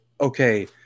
okay